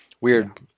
weird